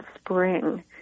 spring